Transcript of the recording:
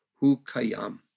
hu-kayam